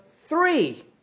three